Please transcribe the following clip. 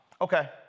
Okay